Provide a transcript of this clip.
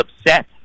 upset